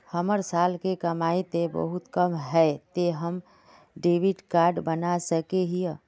हमर साल के कमाई ते बहुत कम है ते हम डेबिट कार्ड बना सके हिये?